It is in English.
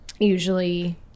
usually